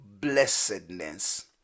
blessedness